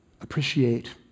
appreciate